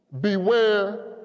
Beware